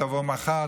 תבוא מחר,